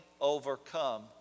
overcome